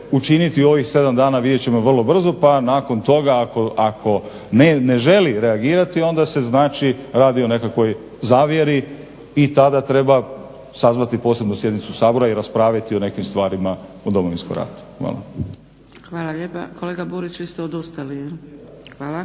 učiniti u ovih 7 dana vidjet ćemo vrlo brzo pa nakon toga ako ne želi reagirati onda se znači radi o nekakvoj zavjeri i tada treba sazvati posebnu sjednicu Sabora i raspraviti o nekim stvarima o Domovinskom ratu. Hvala. **Zgrebec, Dragica (SDP)** Hvala lijepa. Kolega Burić, vi ste odustali? Hvala.